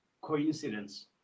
coincidence